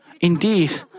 Indeed